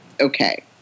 okay